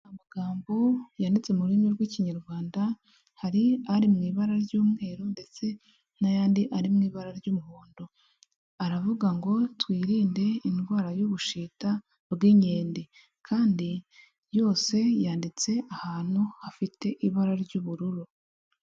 Amagambo yanditse mu rurimi rw'Ikinyarwanda, hari ari mu ibara ry'umweru ndetse n'ayandi ari mu ibara ry'umuhondo, aravuga ngo "twirinde indwara y'ubushita bw'inkende" kandi yose yanditse ahantu hafite ibara ry'ubururu.